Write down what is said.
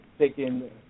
taking